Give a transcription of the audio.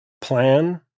plan